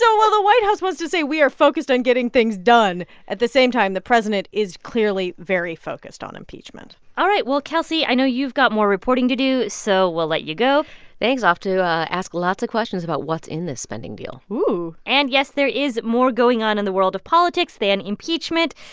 so well, the white house wants to say, we are focused on getting things done at the same time, the president is clearly very focused on impeachment all right. well, kelsey, i know you've got more reporting to do, so we'll let you go thanks. off to ask lots of questions about what's in this spending deal ooh. and yes, there is more going on in the world of politics than impeachment,